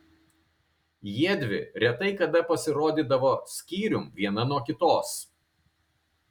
jiedvi retai kada pasirodydavo skyrium viena nuo kitos